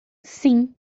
sim